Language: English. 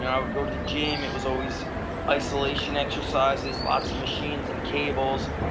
i would go to the gym. it was always isolated and exercises, lots of machines and cables.